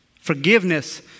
Forgiveness